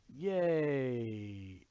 Yay